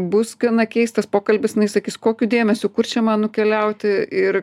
bus gana keistas pokalbis jinai sakys kokiu dėmesiu kur čia man nukeliauti ir